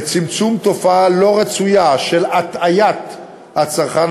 בצמצום תופעה לא רצויה של הטעיית הצרכן